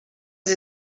sie